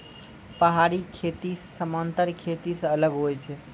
पहाड़ी खेती समान्तर खेती से अलग हुवै छै